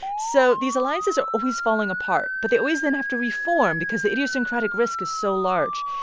so these alliances are always falling apart, but they always then have to reform because the idiosyncratic risk is so large.